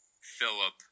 Philip